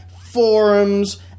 forums